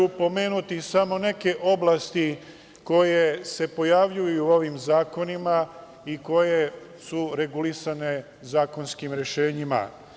Pomenuću samo neke oblasti koje se pojavljuju u ovim zakonima i koje su regulisane zakonskim rešenjima.